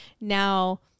now